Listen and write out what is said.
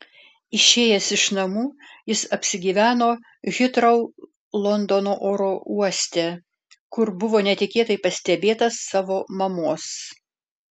išėjęs iš namų jis apsigyveno hitrou londono oro uoste kur buvo netikėtai pastebėtas savo mamos